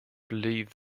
believe